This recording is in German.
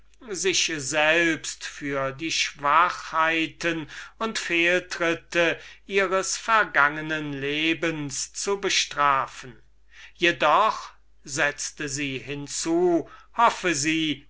sich selbst für die schwachheiten und fehltritte ihres vergangenen lebens zu bestrafen jedoch setzte sie hinzu hoffe sie